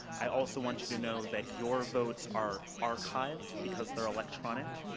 i also want you to know that your votes are archiveed, because they're electronic,